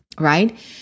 Right